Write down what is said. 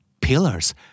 pillars